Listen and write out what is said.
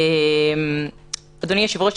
אדוני היושב-ראש,